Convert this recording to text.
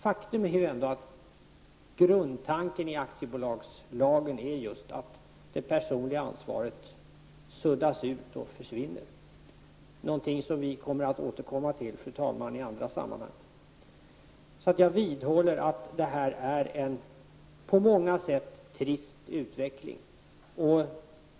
Faktum är ju att grundtanken i aktiebolagslagen just är att det personliga ansvaret skall suddas ut och försvinna. Detta är någonting som vi kommer att återkomma till i andra sammanhang, fru talman. Jag vidhåller att detta är en på många sätt trist utveckling.